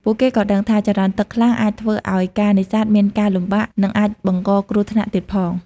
ពួកគេក៏ដឹងថា ចរន្តទឹកខ្លាំងអាចធ្វើឱ្យការនេសាទមានការលំបាក និងអាចបង្កគ្រោះថ្នាក់ទៀតផង។